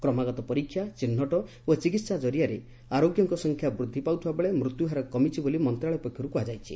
କ୍ରମାଗତ ପରୀକ୍ଷା ଚିହ୍ନଟ ଓ ଚିକିତ୍ସା ଜରିଆରେ ଆରୋଗ୍ୟଙ୍କ ସଂଖ୍ୟା ବୃଦ୍ଧି ପାଉଥିବାବେଳେ ମୃତ୍ୟୁହାର କମିଛି ବୋଲି ମନ୍ତ୍ରଣାଳୟ ପକ୍ଷରୁ କୁହାଯାଇଛି